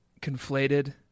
conflated